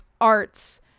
Arts